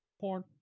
Porn